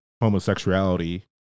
homosexuality